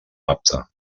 apta